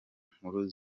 nkuru